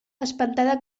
espantada